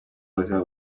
buzima